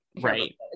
right